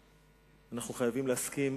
אנחנו חייבים להסכים